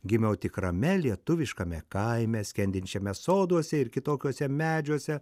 gimiau tikrame lietuviškame kaime skendinčiame soduose ir kitokiuose medžiuose